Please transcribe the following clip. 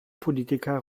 politiker